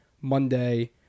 Monday